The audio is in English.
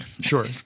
Sure